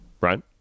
right